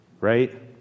right